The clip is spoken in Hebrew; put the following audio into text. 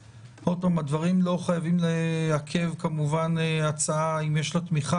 הדברים לא חייבים לעכב כמובן הצעה אם יש לה תמיכה